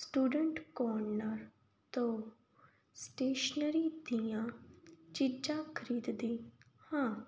student corner ਤੋਂ stationery ਦੀਆਂ ਚੀਜ਼ਾਂ ਖਰੀਦਦੀ ਹਾਂ